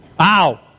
Ow